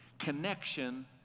connection